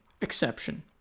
exception